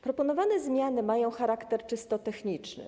Proponowane zmiany mają charakter czysto techniczny.